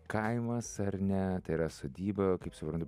kaimas ar ne tai yra sodyba kaip suprantu